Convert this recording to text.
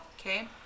okay